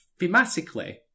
thematically